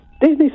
Disney